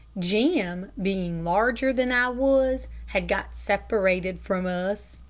jim, being larger than i was, had got separated from us.